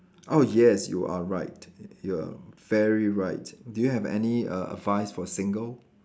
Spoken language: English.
oh yes you are right you are very right do you have any err advice for single